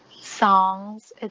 songs